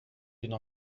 d’une